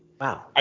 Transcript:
Wow